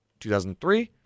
2003